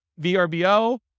VRBO